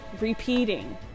repeating